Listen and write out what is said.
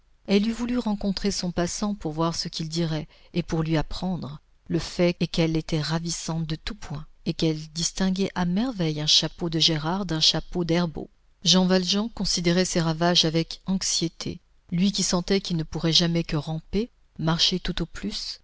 elle eût voulu rencontrer son passant pour voir ce qu'il dirait et pour lui apprendre le fait est qu'elle était ravissante de tout point et qu'elle distinguait à merveille un chapeau de gérard d'un chapeau d'herbaut jean valjean considérait ces ravages avec anxiété lui qui sentait qu'il ne pourrait jamais que ramper marcher tout au plus